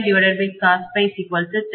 அது ஐ